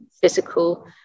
physical